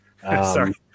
Sorry